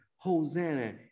Hosanna